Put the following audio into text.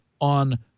on